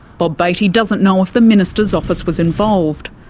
bob batey doesn't know if the minister's office was involved,